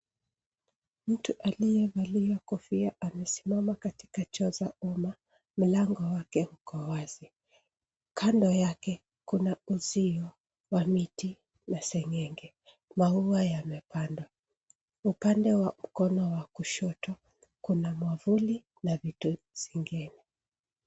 Mtu aliyevalia kofia amesimama katikati choo za boma. Mlango wake uko wazi. Kando yake kuna uzio wa miti na seng'enge, maua yamepandwa. Upande wa mkono wa kushoto kuna mwavuli na vitu zingine.